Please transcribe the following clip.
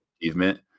achievement